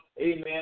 Amen